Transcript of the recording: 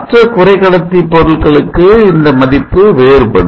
மற்ற குறைகடத்தி பொருட்களுக்கு இந்த மதிப்பு வேறுபடும்